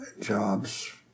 jobs